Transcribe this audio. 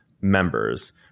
members